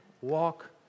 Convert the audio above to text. walk